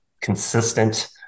consistent